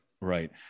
right